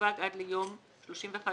שסווג עד ליום י"ג בטבת התשע"ח (31